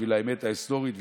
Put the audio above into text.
בשביל האמת ההיסטורית,